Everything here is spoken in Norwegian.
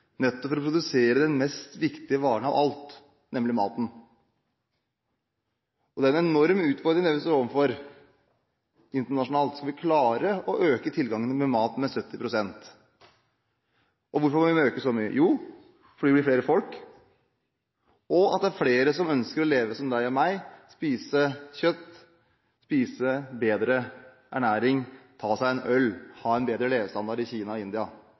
nettopp for å produsere den viktigste varen av alt, nemlig maten. Det er en enorm utfordring vi står overfor internasjonalt skal vi klare å øke tilgangen til mat med 70 pst. Og hvorfor må vi øke med så mye? Jo, fordi vi blir flere folk, og fordi det er flere som ønsker å leve som deg og meg, spise kjøtt, spise bedre ernæringsmessig, ta seg en øl, ha en bedre levestandard i Kina og India.